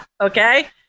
Okay